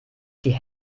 die